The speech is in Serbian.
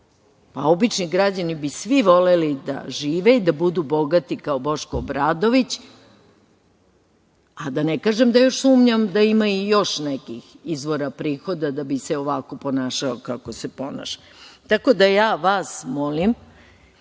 Obični građani bi svi voleli da žive i da budu bogati kao Boško Obradović, a da ne kažem da još sumnjam da ima još nekih izvora prihoda da bi se ovako ponašao kako se ponaša. Tako da ja vas molim